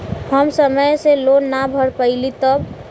हम समय से लोन ना भर पईनी तब?